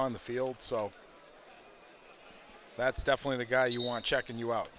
on the field so that's definitely the guy you want checking you out